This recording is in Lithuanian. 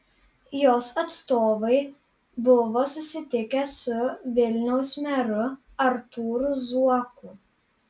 jos atstovai buvo susitikę su vilniaus meru artūru zuoku